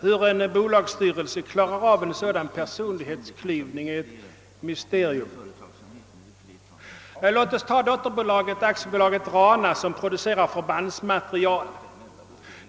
Hur en bolagsstyrelse kan klara en sådan personlighetsklyvning är ett mysterium. Låt oss som exempel ta dotterbolaget AB Rana, som producerar förbandsmateriel.